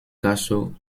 caso